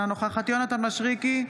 אינה נוכחת יונתן מישרקי,